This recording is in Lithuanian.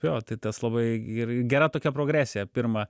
jo tai tas labai ir gera tokia progresija pirma